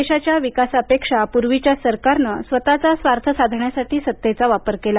देशाच्या विकासा पेक्षापूर्वीच्या सरकारनं स्वतःचा स्वार्थ साधण्यासाठी सत्तेचा वापर केला